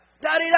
Daddy